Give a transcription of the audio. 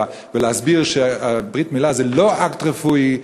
ולהסביר שברית-מילה זה לא אקט רפואי,